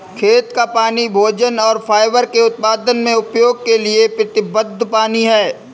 खेत का पानी भोजन और फाइबर के उत्पादन में उपयोग के लिए प्रतिबद्ध पानी है